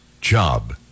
job